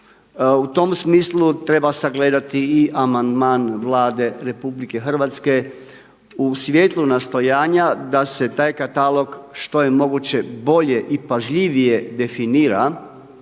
U tom smislu treba sagledati i amandman Vlade Republike Hrvatske u svjetlu nastojanja da se taj katalog što je moguće i pažljivije definira